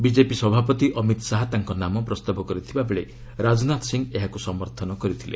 BJP ସଭାପତି ଅମିତ ଶାହା ତାଙ୍କ ନାମ ପ୍ରସ୍ତାବ କରିଥିବା ବେଳେ ରାଜନାଥ ସିଂହ ଏହାକୁ ସମର୍ଥନ କରିଥିଲେ